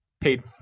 paid